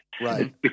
Right